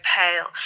pale